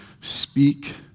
speak